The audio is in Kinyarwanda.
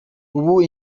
ubu